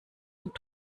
und